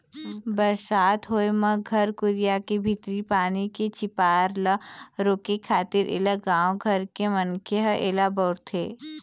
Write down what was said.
बरसात होय म घर कुरिया के भीतरी पानी के झिपार ल रोके खातिर ऐला गाँव घर के मनखे ह ऐला बउरथे